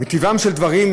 מטבעם של דברים,